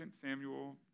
Samuel